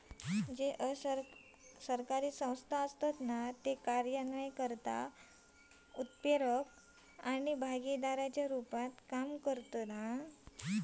असरकारी संस्था कार्यान्वयनकर्ता, उत्प्रेरक आणि भागीदाराच्या रुपात काम करतत